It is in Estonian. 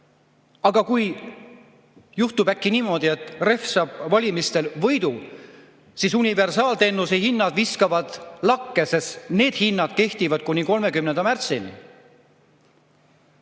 Aga kui juhtub niimoodi, et REF saab valimistel võidu, siis universaalteenuse hinnad viskuvad lakke, sest need hinnad kehtivad kuni 30. märtsini.